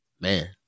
man